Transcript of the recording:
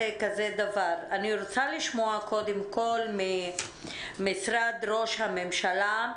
אני רוצה לשמוע קודם כל ממשרד ראש הממשלה,